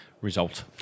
result